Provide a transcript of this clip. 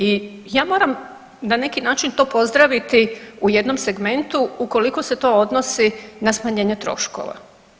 I ja moram na neki način to pozdraviti u jednom segmentu ukoliko se to odnosi na smanjenje troškova.